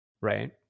Right